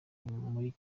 amavubi